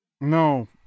No